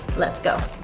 let's go.